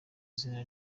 izina